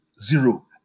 zero